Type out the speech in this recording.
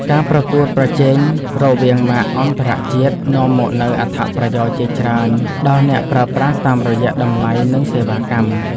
ការប្រកួតប្រជែងរវាងម៉ាកអន្តរជាតិនាំមកនូវអត្ថប្រយោជន៍ជាច្រើនដល់អ្នកប្រើប្រាស់តាមរយៈតម្លៃនិងសេវាកម្ម។